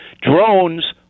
drones